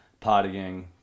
partying